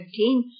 15